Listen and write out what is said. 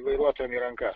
vairuotojam į rankas